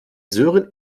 sören